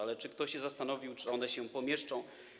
Ale czy ktoś się zastanowił, czy one się pomieszczą?